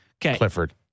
Clifford